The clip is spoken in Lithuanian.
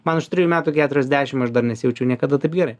man už trijų metų keturiasdešim aš dar nesijaučiau niekada taip gerai